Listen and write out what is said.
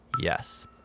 yes